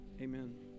Amen